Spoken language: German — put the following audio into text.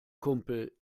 kumpel